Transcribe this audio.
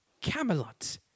Camelot